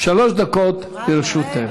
שלוש דקות לרשותך.